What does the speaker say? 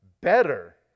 better